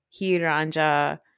Hiranja